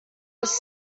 was